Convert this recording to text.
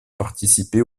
participer